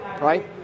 right